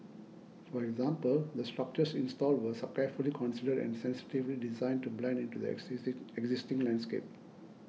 for example the structures installed were carefully considered and sensitively designed to blend into the exist existing landscape